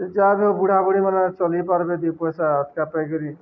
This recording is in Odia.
ଯାହାମ ବୁଢ଼ ବୁଢ଼ୀ ମମାନେ ଚଲି ପାରିବବେ ଦି ପଇସା ଆଟକା ପାଇକରି